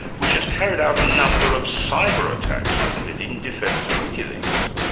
which has carried out a number of cyber attacks hasn't it, in defence of wikileaks?